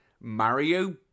Mario